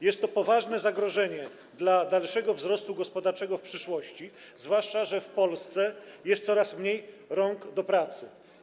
Jest to poważne zagrożenie dla dalszego wzrostu gospodarczego w przyszłości, zwłaszcza że w Polsce jest coraz mniej rąk do pracy.